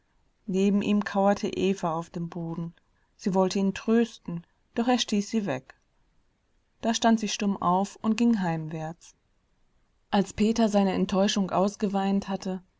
neben ihm kauerte eva auf dem boden sie wollte ihn trösten doch er stieß sie weg da stand sie stumm auf und ging heimwärts als peter seine enttäuschung ausgeweint hatte